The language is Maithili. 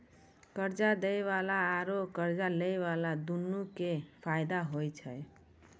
कर्जा दै बाला आरू कर्जा लै बाला दुनू के फायदा होय छै